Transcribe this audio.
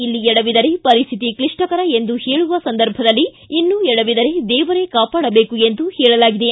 ಇಲ್ಲಿ ಎಡವಿದರೆ ಪರಿಶ್ಥಿತಿ ಕ್ಲಿಷ್ಟಕರ ಎಂದು ಹೇಳುವ ಸಂರ್ಭದಲ್ಲಿ ಇನ್ನೂ ಎಡವಿದರೆ ದೇವರೇ ಕಾಪಾಡಬೇಕು ಎಂದು ಹೇಳಲಾಗಿದೆ